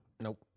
Nope